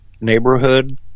neighborhood